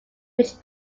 which